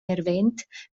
erwähnt